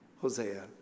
Hosea